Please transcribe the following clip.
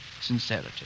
sincerity